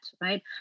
right